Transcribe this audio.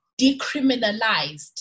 decriminalized